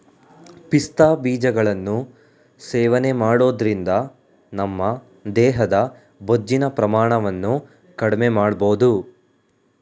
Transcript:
ಪಿಸ್ತಾ ಬೀಜಗಳನ್ನು ಸೇವನೆ ಮಾಡೋದ್ರಿಂದ ನಮ್ಮ ದೇಹದ ಬೊಜ್ಜಿನ ಪ್ರಮಾಣವನ್ನು ಕಡ್ಮೆಮಾಡ್ಬೋದು